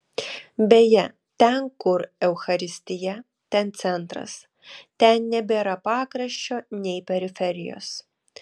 beje ten kur eucharistija ten centras ten nebėra pakraščio nei periferijos